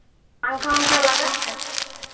पंखा उंखा लगा है